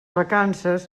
vacances